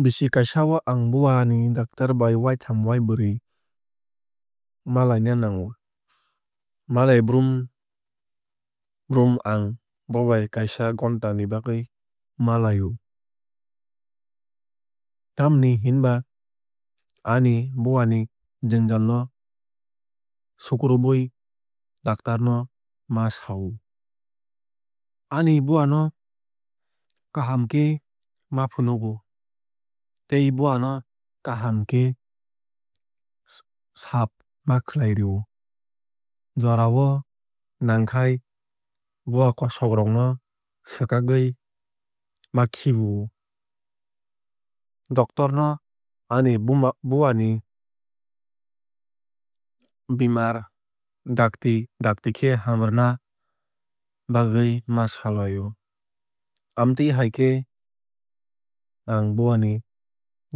Bisi kaisa o ang bowani doctor bai waitham waibrwui malaina nango. Malaibrum brum ang bobai kaisa ghonta ni bagwui malai o. Tamoni hinba ani bowani jwngjal no sukrubui doctor no ma sa o. Ani bowano kaham khe ma phunogo tei bowa no kaham khe saaf ma khlai rwio. Jorao nangkhai bowa kosok rok no swkagwui ma khibi o. Doctor no ani bowani bemar dakti dakti khe hamrwna bagwui ma salai o. Amtwui hai khai ang bowani